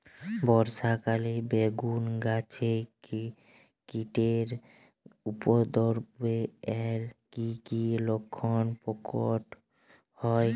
বর্ষা কালে বেগুন গাছে কীটের উপদ্রবে এর কী কী লক্ষণ প্রকট হয়?